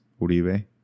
Uribe